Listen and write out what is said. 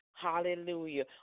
Hallelujah